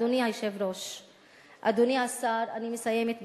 אדוני היושב-ראש, אדוני השר, אני מסיימת בזה.